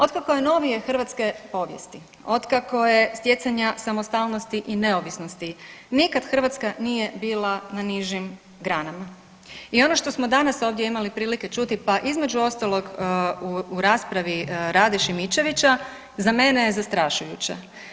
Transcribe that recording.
Otkako je novije hrvatske povijesti, otkako je stjecanja samostalnosti i neovisnosti, nikad Hrvatska nije bila na nižim granama i ono što smo danas ovdje imali prilike čuti, pa između ostalog u raspravi Rade Šimičevića, za mene je zastrašujuće.